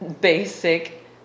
basic